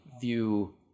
view